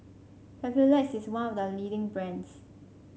Papulex is one of the leading brands